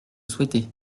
souhaiter